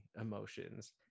emotions